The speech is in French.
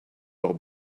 leurs